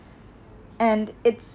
and it's